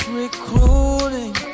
recruiting